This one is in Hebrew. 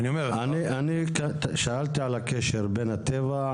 אני שאלתי על הקשר בין הטבע,